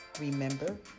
Remember